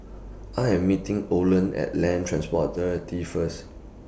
I Am meeting Olen At Land Transport Authority First